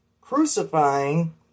crucifying